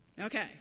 Okay